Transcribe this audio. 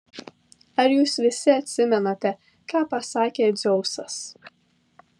ar jūs visi atsimenate ką pasakė dzeusas